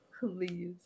please